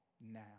now